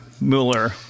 Mueller